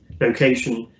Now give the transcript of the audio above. location